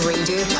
Radio